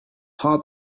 hot